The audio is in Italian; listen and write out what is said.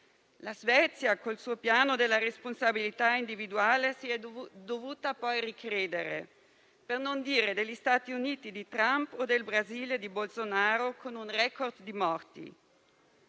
la Svezia, col suo piano della responsabilità individuale, si è dovuta poi ricredere; per non dire degli Stati Uniti di Trump o del Brasile di Bolsonaro, con un *record* di morti.